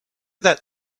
that